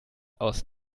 aus